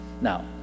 now